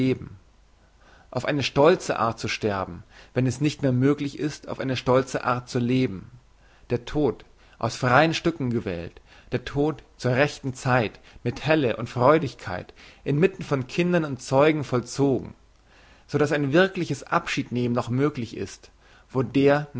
auf eine stolze art sterben wenn es nicht mehr möglich ist auf eine stolze art zu leben der tod aus freien stücken gewählt der tod zur rechten zeit mit helle und freudigkeit inmitten von kindern und zeugen vollzogen so dass ein wirkliches abschiednehmen noch möglich ist wo der